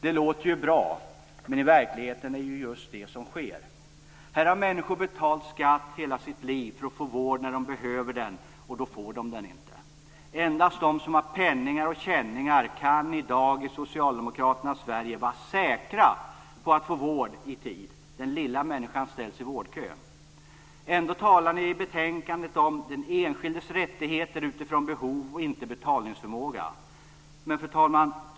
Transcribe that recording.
Det låter bra men i verkligheten är det är ju just det som sker! Här har människor under hela sitt liv betalat skatt för att få vård men när de behöver sådan får de inte vård. Endast den som har "penningar och känningar" kan i dag, i Socialdemokraternas Sverige, vara säker på att få vård i tid. Den lilla människan ställs i vårdkön. Ändå talar ni i betänkandet om "den enskildes rättigheter utifrån behov och inte betalningsförmåga". Fru talman!